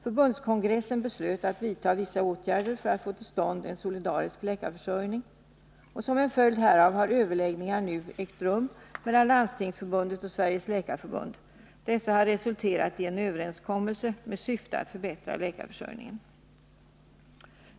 Förbundskongressen beslöt att vidta vissa åtgärder för att få till stånd en solidarisk läkarförsörjning. Som en följd härav har överläggningar nu ägt rum mellan Landstingsförbundet och Sveriges läkarförbund. Dessa har resulterat i en överenskommelse med syfte att förbättra läkarförsörjningen.